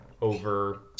over